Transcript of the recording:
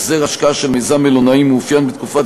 החזר השקעה של מיזם מלונאי מאופיין בתקופת